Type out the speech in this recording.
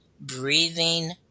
breathing